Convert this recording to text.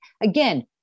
again